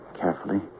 carefully